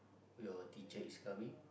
your teacher is coming